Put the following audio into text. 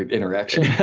interaction.